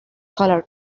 color